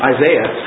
Isaiah